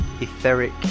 etheric